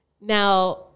Now